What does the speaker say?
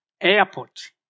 Airport